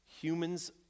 Humans